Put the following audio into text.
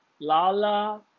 lala